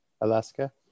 Alaska